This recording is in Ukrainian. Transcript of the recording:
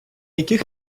яких